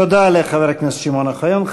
תודה לחבר הכנסת שמעון אוחיון.